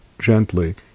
gently